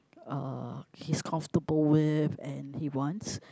uh he's comfortable with and he wants